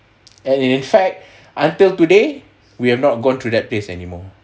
and in fact until today we have not gone through that place anymore